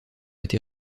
été